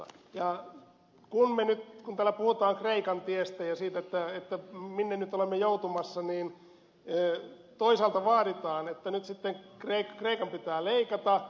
kun täällä puhutaan kreikan tiestä ja siitä minne nyt olemme joutumassa niin toisaalta vaaditaan että nyt sitten kreikan pitää leikata